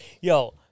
yo